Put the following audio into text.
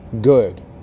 good